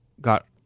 got